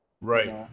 Right